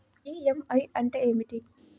EMI అంటే ఏమిటి?